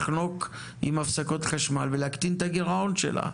לחנוק עם הפסקות חשמל ולהקטין את הגירעון שלה.